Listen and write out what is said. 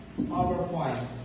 PowerPoint